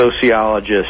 sociologist